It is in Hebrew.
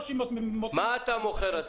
מה אתה מוכר?